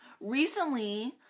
recently